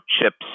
chips